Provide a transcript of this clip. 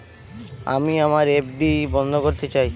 আমি আমার এফ.ডি বন্ধ করতে চাই